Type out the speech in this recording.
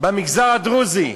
במגזר הדרוזי.